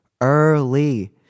early